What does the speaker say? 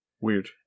Weird